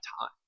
time